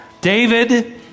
David